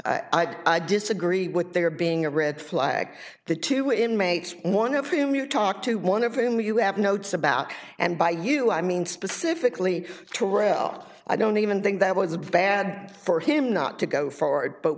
i disagree with there being a red flag the two inmates one of whom you talk to one of whom you have notes about and by you i mean specifically to route i don't even think that was bad for him not to go forward but